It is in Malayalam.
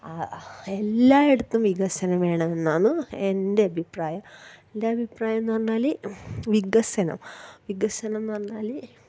ആ എല്ലായിടത്തും വികസനം വേണമെന്നാന്ന് എൻറ്റഭിപ്രായം എൻറ്റ അഭിപ്രായമെന്ന് പറഞ്ഞാല് വികസനം വികസനമെന്ന് പറഞ്ഞാല്